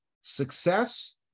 success